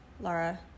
Laura